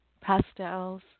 pastels